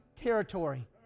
territory